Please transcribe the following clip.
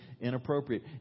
inappropriate